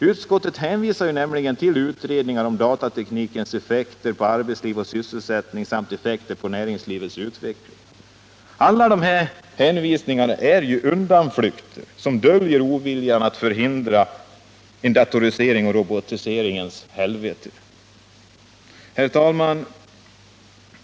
Utskottet hänvisar till utredningar om datateknikens effekter på arbetsliv och sysselsättning samt effekter på näringslivets utveckling. Alla dessa hänvisningar är undanflykter som döljer oviljan att förhindra datorisering och robotiseringens helvete. Herr talman!